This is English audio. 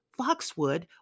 Foxwood